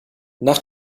nach